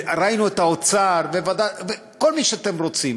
ראינו את האוצר וכל מי שאתם רוצים.